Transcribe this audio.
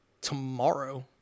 Tomorrow